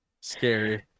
Scary